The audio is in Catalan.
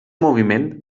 moviment